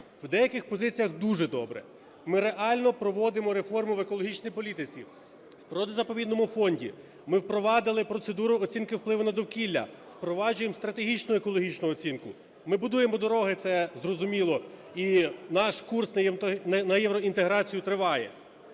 у деяких позиціях дуже добре. Ми реально проводимо реформу в екологічній політиці, в природо-заповідному фонді, ми впровадили процедуру оцінки впливу на довкілля, впроваджуємо стратегічну екологічно оцінку, ми будуємо дороги, це зрозуміло, і наш курс на євроінтеграцію триває.